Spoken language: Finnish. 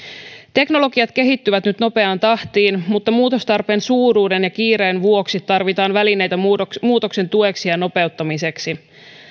teknologiat kehittyvät nyt nopeaan tahtiin mutta muutostarpeen suuruuden ja kiireen vuoksi tarvitaan välineitä muutoksen muutoksen tueksi ja nopeuttamiseksi